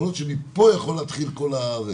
יכול להיות שמפה יכול להתחיל הכול.